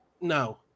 No